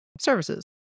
services